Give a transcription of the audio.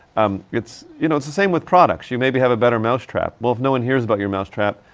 um it's, you know, it's the same with products. you maybe have a better mouse trap. well if no one hears about your mouse trap,